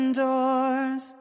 doors